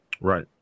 Right